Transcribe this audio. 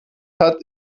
hat